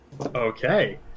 Okay